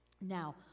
Now